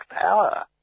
power